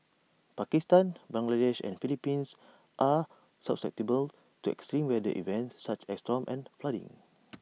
Pakistan Bangladesh and Philippines are susceptible to extreme weather events such as storms and flooding